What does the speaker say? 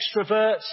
extrovert